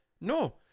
No